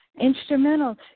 instrumental